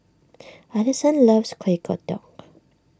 Ellison loves Kuih Kodok